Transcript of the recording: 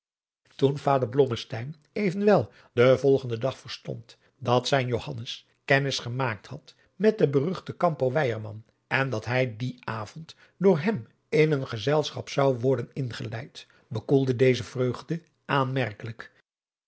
blommesteyn evenwel den volgenden dag verstond dat zijn johannes kennis gemaakt had met den beruchten campo weyerman en dat hij dien avond door hem in een gezelschap zou worden ingeleid bekoelde deze vreugde aanmerkelijk